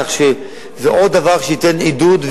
כך שזה עוד דבר שייתן עידוד,